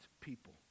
people